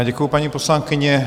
Já děkuji, paní poslankyně.